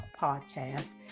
podcast